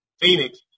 Phoenix